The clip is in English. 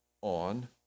on